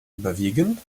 überwiegend